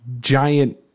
giant